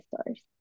stores